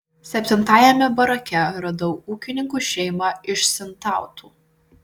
septintajame barake radau ūkininkų šeimą iš sintautų